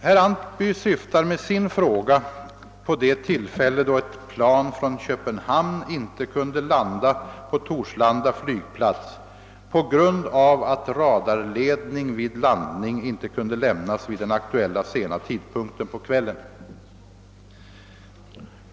Herr Antby syftar med sin fråga på det tillfälle då ett plan från Köpenhamn inte kunde landa på Torslanda flygplats på grund av att radarledning vid landning inte kunde lämnas vid den aktuella sena tidpunkten på kvällen.